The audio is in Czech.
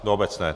Do obecné.